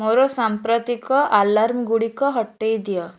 ମୋର ସାମ୍ପ୍ରତିକ ଆଲାର୍ମ ଗୁଡ଼ିକୁ ହଟାଇ ଦିଅ